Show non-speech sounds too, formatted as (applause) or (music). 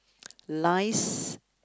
lies~ (breath)